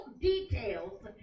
details